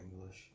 English